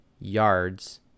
yards